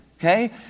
okay